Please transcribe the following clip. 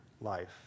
life